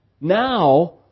Now